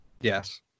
Yes